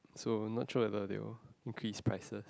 so not sure whether they will increase prices